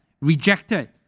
rejected